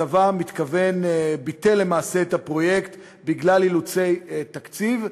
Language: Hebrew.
הצבא ביטל למעשה את הפרויקט בגלל אילוצי תקציב,